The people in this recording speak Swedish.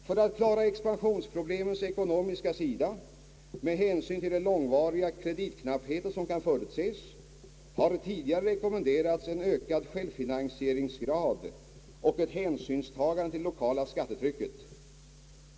För att klara expansionsproblemens ekonomiska sida med hänsyn till den långvariga kreditknapphet, som kan förutses, har tidigare rekommenderats en ökad självfinansieringsgrad och ett hänsynstagande till det lokala skattetrycket.